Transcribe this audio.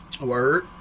Word